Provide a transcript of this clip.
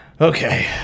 Okay